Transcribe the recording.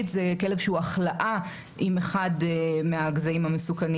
זה כלב שהוא הכלאה עם אחד מהגזעים המסוכנים.